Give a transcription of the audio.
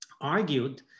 argued